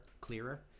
clearer